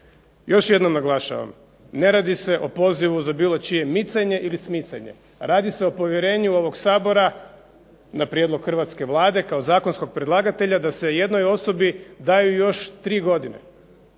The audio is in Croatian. Još jednom naglašavam ne radi se o pozivu za bilo čije micanje ili smicanje, radi se o povjerenju ovog Sabora na prijedlog Hrvatske vlade kao zakonskog predlagatelja da se jednoj osobi daju još tri godine.